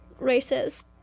racist